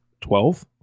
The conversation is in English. twelve